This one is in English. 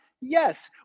Yes